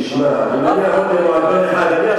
אף אחד לא ייכנס.